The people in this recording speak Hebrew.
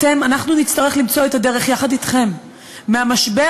אנחנו נצטרך למצוא את הדרך יחד אתכם לצאת מהמשבר